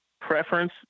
preference